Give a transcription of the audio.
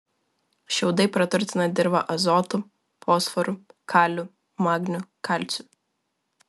šiaudai praturtina dirvą azotu fosforu kaliu magniu kalciu